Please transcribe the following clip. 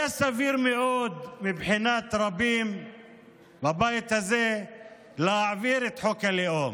היה סביר מאוד מבחינת רבים בבית הזה להעביר את חוק הלאום.